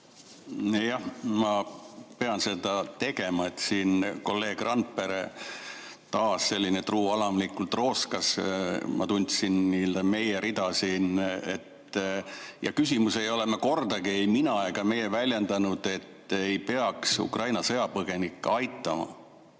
Jah, ma pean seda tegema. Siin kolleeg Randpere taas sedasi truualamlikult rooskas, ma tundsin, meie rida siin. Ei ole me kordagi, ei mina ega meie väljendanud, et ei peaks Ukraina sõjapõgenikke aitama.